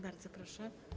Bardzo proszę.